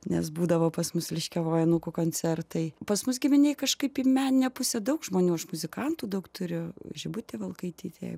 nes būdavo pas mus liškiavoj anūkų koncertai pas mus giminėj kažkaip į meninę pusę daug žmonių aš muzikantų daug turiu žibutė valkaitytė